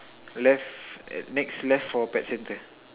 left next left for pet centre